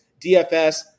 DFS